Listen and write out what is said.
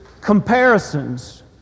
Comparisons